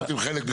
לפחות עם חלקם.